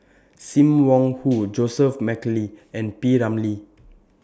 SIM Wong Hoo Joseph Mcnally and P Ramlee